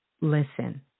listen